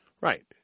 Right